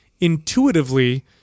intuitively